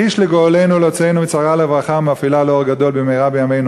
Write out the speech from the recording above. ויחיש לגואלנו ולהוציאנו מצרה לרווחה ומאפלה לאור גדול במהרה בימינו